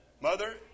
Mother